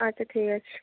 আচ্ছা ঠিক আছে